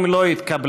2 לא התקבלה.